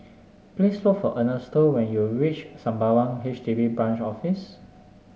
please look for Ernesto when you reach Sembawang H D B Branch Office